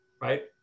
right